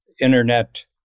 Internet